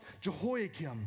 Jehoiakim